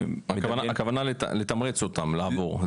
הכוונה לתמרץ אותם לעבור,